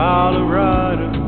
Colorado